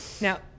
Now